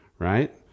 right